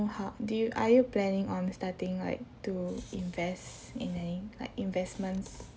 how do you are you planning on starting like to invest in any like investments